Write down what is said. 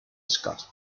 scott